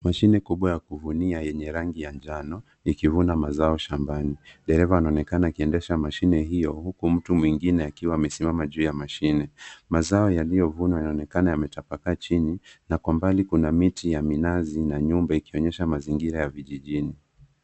Mashine kubwa ya kuvunia yenye rangi ya njano, ikivuna mazao shambani. Dereva anaonekana akiendesha mashine hii huku mtu mwingine akiwa amesimama juu ya mashine. Mazao yaliyovunwa yanaonekana yametapakaa chini, na kwa mbali kuna miti ya minazi na nyumba ikionyesha mazingira ya vijijini.